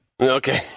Okay